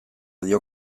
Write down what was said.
dio